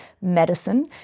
medicine